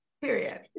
period